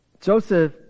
Joseph